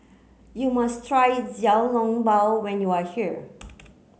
you must try Xiao Long Bao when you are here